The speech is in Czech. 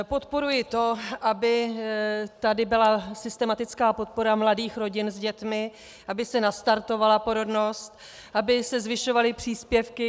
Podporuji to, aby tady byla systematická podpora mladých rodin s dětmi, aby se nastartovala porodnost, aby se zvyšovaly příspěvky.